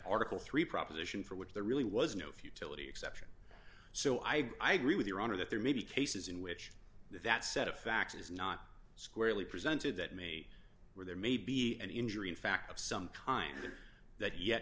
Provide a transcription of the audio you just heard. article three proposition for which there really was no futility exception so i agree with your honor that there may be cases in which that set of facts is not squarely presented that me where there may be an injury in fact of some kind of that yet